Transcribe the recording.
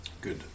Good